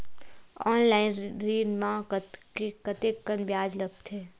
Online ऋण म कतेकन ब्याज लगथे?